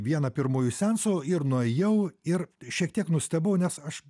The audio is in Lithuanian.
vieną pirmųjų seansų ir nuėjau ir šiek tiek nustebau nes aš